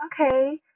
okay